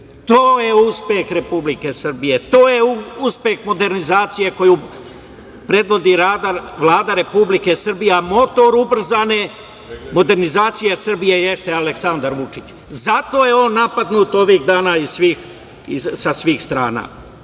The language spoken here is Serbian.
To je uspeh Republike Srbije, to je uspeh modernizacije koju predvodi Vlada Republike Srbije, a motor ubrzane modernizacije Srbije jeste Aleksandar Vučić. Zato je on napadnut ovih dana sa svih strana.